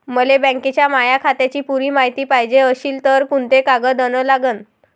मले बँकेच्या माया खात्याची पुरी मायती पायजे अशील तर कुंते कागद अन लागन?